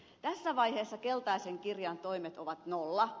tässä vaiheessa keltaisen kirjan toimet ovat nolla